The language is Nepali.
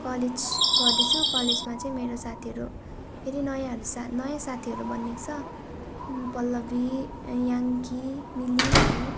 कलेज गर्दैछु कलेजमा चाहिँ मेरो साथीहरू फेरि नयाँहरू साथी नयाँ साथीहरू बनिएको छ पल्लवी याङ्की मिलीहरू